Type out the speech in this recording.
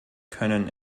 können